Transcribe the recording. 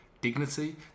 dignity